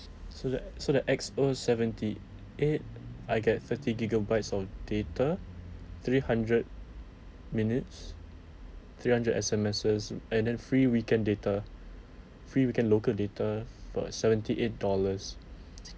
so that so that X O seventy eight I get thirty gigabytes of data three hundred minutes three hundred S_M_Ses and then free weekend data free weekend local data for a seventy eight dollars